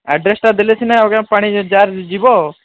ଆଡ୍ରେସ୍ଟା ଦେଲେ ସିନା ଆଜ୍ଞା ପାଣି ଜାର୍ ଯିବ